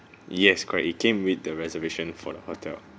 yes correct it came with the reservation for the hotel